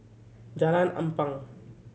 Jalan Ampang